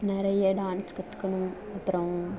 நெறைய டான்ஸ் கத்துக்கணும் அப்புறம்